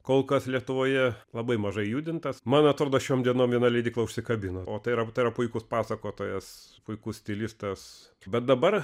kol kas lietuvoje labai mažai judintas man atrodo šiom dienom viena leidykla užsikabino o tai yra tai yra puikus pasakotojas puikus stilistas bet dabar